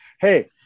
Hey